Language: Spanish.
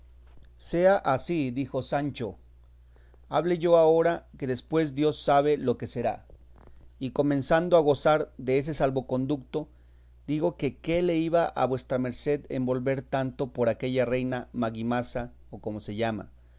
sea ansí dijo sancho hable yo ahora que después dios sabe lo que será y comenzando a gozar de ese salvoconduto digo que qué le iba a vuestra merced en volver tanto por aquella reina magimasa o como se llama